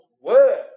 word